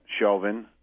Shelvin